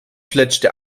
fletschte